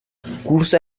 cursa